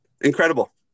Incredible